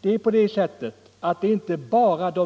Det är emellertid precis så som herr Mattsson sade att alla kan inte utnyttja hörselslinga.